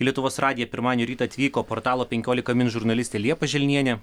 lietuvos radiją pirmadienio rytą atvyko portalo penkiolika min žurnalistė liepa želnienė